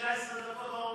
יש לך עוד 19 דקות.